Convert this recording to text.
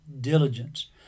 diligence